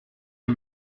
que